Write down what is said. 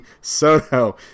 Soto